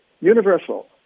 Universal